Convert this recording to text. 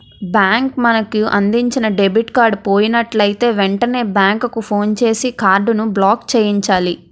bank మనకు అందించిన debit card పోయినట్లయితే వెంటనే బ్యాంకుకు ఫోన్ చేసి కార్డును బ్లాక్చేయించాలి